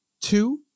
two